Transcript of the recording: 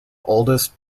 oldest